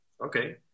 okay